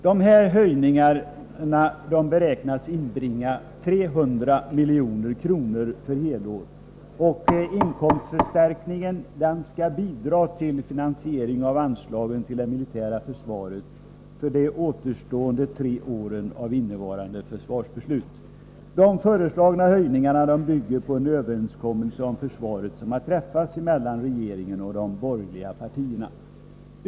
Dessa höjningar beräknas inbringa 300 milj.kr. för helår, och inkomstförstärkningen skall bidra till finansieringen av anslagen till det militära försvaret för de återstående tre åren av innevarande försvarsbeslutsperiod. De föreslagna höjningarna bygger på en överenskommelse om försvaret som har träffats mellan regeringen och de borgerliga partierna.